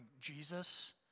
Jesus